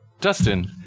Dustin